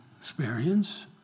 experience